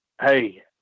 Hey